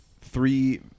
three